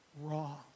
wrong